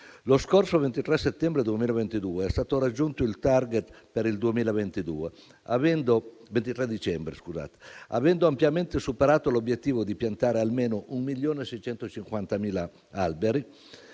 Lo scorso 23 dicembre 2022 è stato raggiunto il *target* per il 2022, avendo ampiamente superato l'obiettivo di piantare almeno 1,65 milioni